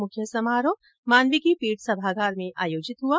मुख्य समारोह मानविकी पीठ सभागार में आयोजित हुआ